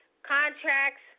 Contracts